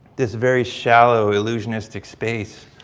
this very shallow illusionistic space.